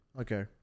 okay